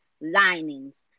linings